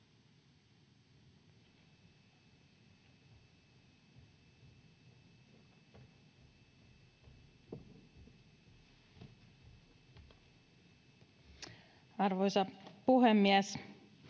arvoisa puhemies